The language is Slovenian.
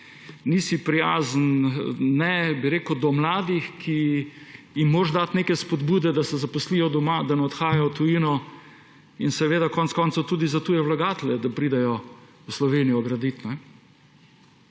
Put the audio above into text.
nisi prijazen do mladih, ki jim moraš dati neke spodbude, da se zaposlijo doma, da ne odhajajo v tujino, in konec koncev tudi za tuje vlagatelje, da pridejo v Slovenijo gradit